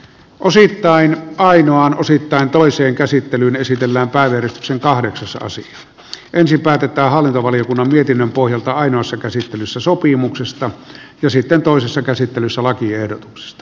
osittain ainoaan osittain toiseen käsittelyyn esitellä päivystyksen kahdeksas erosi ensin päätetään hallintovaliokunnan mietinnön pohjalta ainoassa käsittelyssä sopimuksesta ja sitten toisessa käsittelyssä lakiehdotuksesta